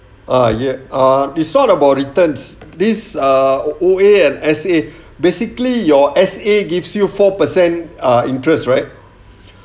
ah yes ah it's not about returns this ah O_A and S_A basically your S_A gives you four percent ah interest right